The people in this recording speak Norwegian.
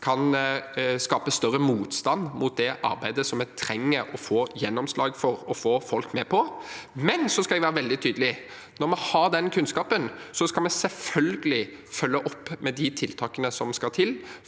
kan skape større motstand mot det arbeidet vi trenger å få gjennomslag for og få folk med på. Men jeg skal være veldig tydelig: Når vi har den kunnskapen, skal vi selvfølgelig følge opp med de tiltakene som skal til